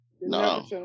No